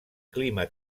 clima